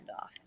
off